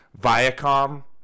Viacom